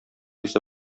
исе